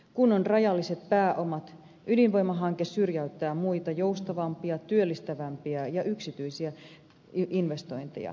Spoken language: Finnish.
kun on rajalliset pääomat ydinvoimahanke syrjäyttää muita joustavampia työllistävämpiä ja yksityisiä investointeja